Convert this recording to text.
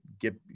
get